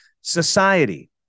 society